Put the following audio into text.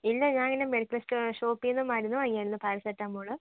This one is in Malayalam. ഇല്ല ഞാന് ഇങ്ങനെ മെഡിക്കല് സ്റ്റോർ ഷോപ്പിന്നു മരുന്ന് വാങ്ങിയായിരുന്നു പാരസെറ്റാമോള്